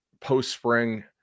post-spring